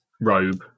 robe